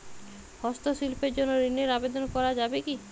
হস্তশিল্পের জন্য ঋনের আবেদন করা যাবে কি?